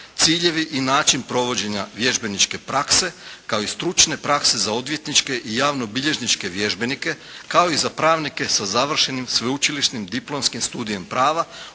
Ciljevi i način provođenja vježbeničke prakse, kao i stručne prakse za odvjetničke i javnobilježničke vježbenike, kao i za pravnike sa završenim sveučilišnim diplomskim studijem prava